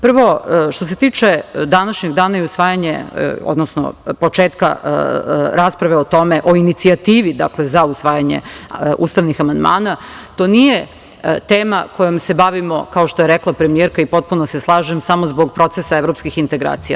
Prvo, što se tiče današnjeg dana i usvajanje, odnosno početka rasprave o tome, o inicijativi za usvajanje ustavnih amandmana to nije tema kojom se bavimo, kao što je rekla premijerka i potpuno se slažem, samo zbog procesa evropskih integracija.